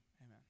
Amen